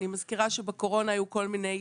אני מזכירה שבקורונה היו כל מיני